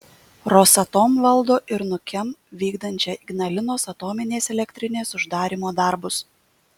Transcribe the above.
rosatom valdo ir nukem vykdančią ignalinos atominės elektrinės uždarymo darbus